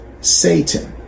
Satan